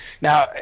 Now